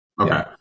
Okay